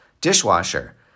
dishwasher